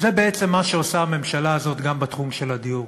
וזה בעצם מה שעושה הממשלה הזאת גם בתחום של הדיור.